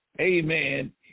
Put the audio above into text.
amen